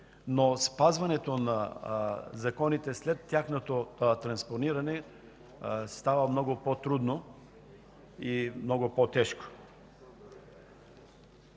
но спазването на законите след тяхното транспониране става много по-трудно и много по-тежко.